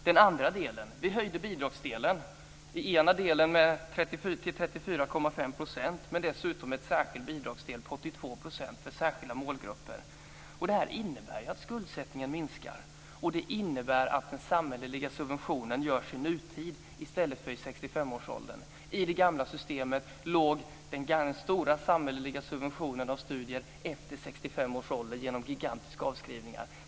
Det andra var att vi höjde bidragsdelen till 34,5 %. Dessutom fick vi en särskild bidragsdel på 82 % för särskilda målgrupper. Det här innebär att skuldsättningen minskar. Det innebär att den samhälleliga subventionen görs i nutid i stället för i 65-årsåldern. I det gamla systemet låg den stora samhälleliga subventionen av studier efter 65 års ålder genom gigantiska avskrivningar.